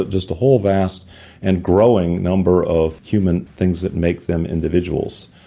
just a whole vast and growing number of human things that make them individuals.